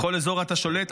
בכל אזור אתה שולט.